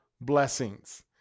blessings